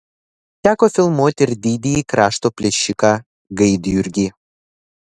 teko filmuoti ir didįjį krašto plėšiką gaidjurgį